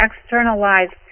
externalized